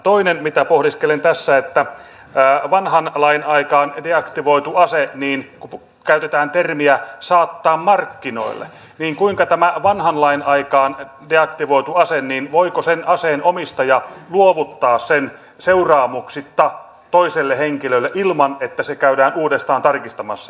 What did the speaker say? toinen mitä pohdiskelen tässä on että jos vanhan lain aikaan deaktivoitu ase käytetään termiä saatetaan markkinoille niin voiko tämän vanhan lain aikaan deaktivoidun aseen omistaja luovuttaa sen seuraamuksitta toiselle henkilölle ilman että se käydään uudestaan tarkistamassa